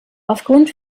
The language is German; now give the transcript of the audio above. aufgrund